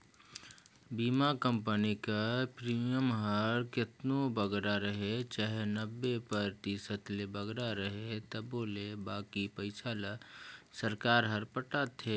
बीमा कंपनी कर प्रीमियम हर केतनो बगरा रहें चाहे नब्बे परतिसत ले बगरा रहे तबो ले बाकी पइसा ल सरकार हर पटाथे